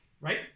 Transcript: right